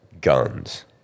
guns